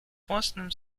własnym